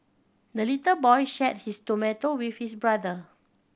the little boy shared his tomato with his brother